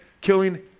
Killing